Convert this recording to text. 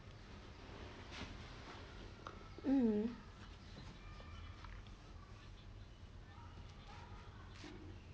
um